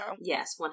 Yes